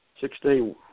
six-day